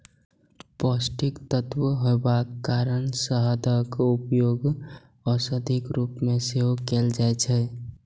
पौष्टिक तत्व हेबाक कारण शहदक उपयोग औषधिक रूप मे सेहो कैल जाइ छै